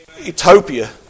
utopia